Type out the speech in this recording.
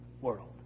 world